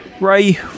ray